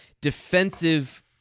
defensive